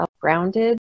grounded